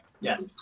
yes